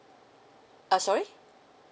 uh sorry